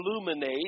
illuminate